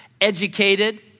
educated